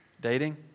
dating